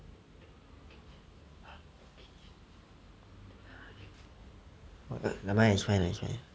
but never mind it's fine lah it's fine